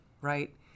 right